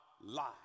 lie